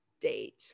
date